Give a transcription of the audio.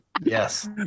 yes